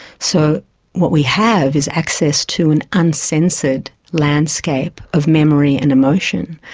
so what we have is access to an uncensored landscape of memory and emotion.